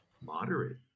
moderate